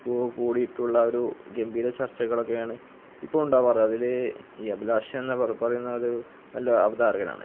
കൂടിയിട്ടുള്ള ഒരു ഗംഭീര ചർച്ചകളൊക്കെയാണ് ഇപ്പോള് ഉണ്ടാവാറ് അതില് ഈ അഭിലാഷെന്ന് പറയുന്നത് ഒരു നല്ല അവതാരകനാണ്